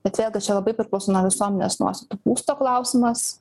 bet vėlgi čia labai priklauso nuo visuomenės nuostatų būsto klausimas